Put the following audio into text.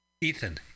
Ethan